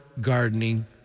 gardening